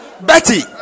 Betty